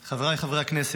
חבריי חברי הכנסת,